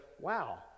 wow